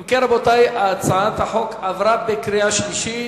אם כן, רבותי, הצעת החוק עברה בקריאה שלישית.